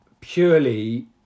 purely